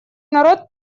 народ